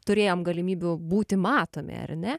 turėjom galimybių būti matomi ar ne